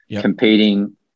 competing